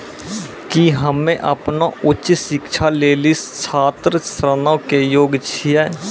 कि हम्मे अपनो उच्च शिक्षा लेली छात्र ऋणो के योग्य छियै?